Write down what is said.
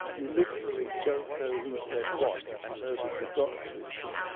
you literally don't know who said what, but you know that you've got to this thing.